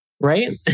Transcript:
right